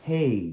Hey